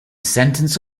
sentence